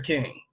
King